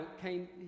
came